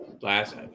last